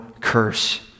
curse